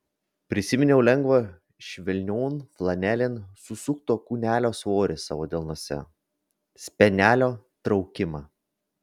prisiminiau lengvą švelnion flanelėn susukto kūnelio svorį savo delnuose spenelio traukimą